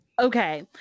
Okay